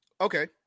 Okay